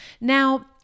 Now